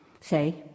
say